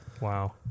Wow